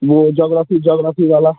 वो geography geography वाला